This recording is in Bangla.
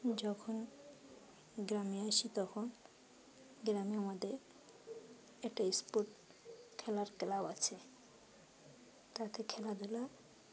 যখন গ্রামে আসি তখন গ্রামে আমাদের একটা স্পোর্ট খেলার ক্লাব আছে তাতে খেলাধুলা